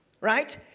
right